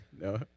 no